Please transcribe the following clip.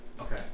Okay